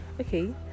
Okay